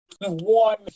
One